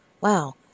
Wow